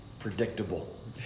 Predictable